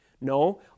No